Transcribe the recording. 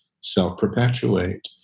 self-perpetuate